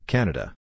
Canada